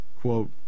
quote